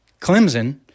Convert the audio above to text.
Clemson